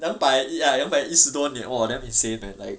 两百一十多年 !wah! damn insane man like